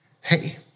hey